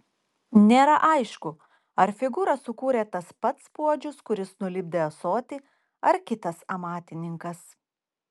nėra aišku ar figūrą sukūrė tas pats puodžius kuris nulipdė ąsotį ar kitas amatininkas